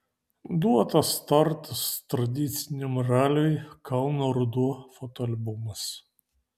duotas startas tradiciniam raliui kauno ruduo fotoalbumas